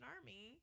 Army